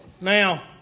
Now